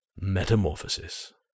Metamorphosis